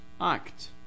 act